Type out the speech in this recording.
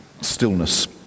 stillness